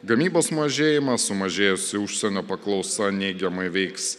gamybos mažėjimą sumažėjusi užsienio paklausa neigiamai veiks